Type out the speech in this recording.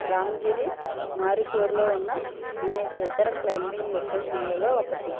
రామగిరి మైసూర్ ఉన్న అనేక ఇతర క్లైంబింగ్ లొకేషన్లలో ఒకటి